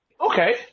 Okay